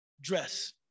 dress